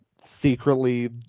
secretly